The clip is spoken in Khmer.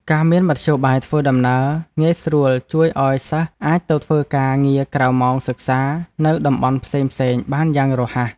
ការមានមធ្យោបាយធ្វើដំណើរងាយស្រួលជួយឱ្យសិស្សអាចទៅធ្វើការងារក្រៅម៉ោងសិក្សានៅតំបន់ផ្សេងៗបានយ៉ាងរហ័ស។